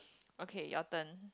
okay your turn